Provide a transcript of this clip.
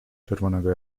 czerwonego